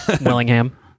Willingham